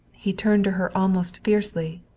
he turned to her almost fiercely